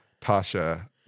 Tasha